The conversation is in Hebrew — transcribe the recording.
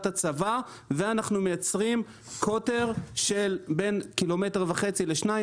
הצבה ואנחנו מייצרים קוטר של בין קילומטר וחצי לשניים